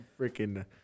freaking